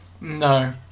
No